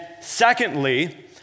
secondly